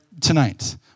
tonight